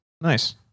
Nice